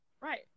Right